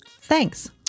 Thanks